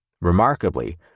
Remarkably